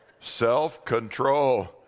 Self-control